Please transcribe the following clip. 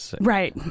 right